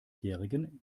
jährigen